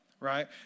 Right